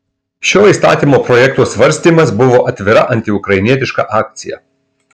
šio įstatymo projekto svarstymas buvo atvira antiukrainietiška akcija